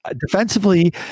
Defensively